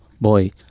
boy